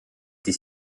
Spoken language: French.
des